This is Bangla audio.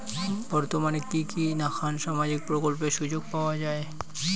বর্তমানে কি কি নাখান সামাজিক প্রকল্পের সুযোগ পাওয়া যায়?